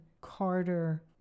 Carter